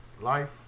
Life